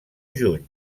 juny